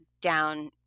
down